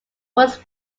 was